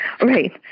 Right